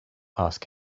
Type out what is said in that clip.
ask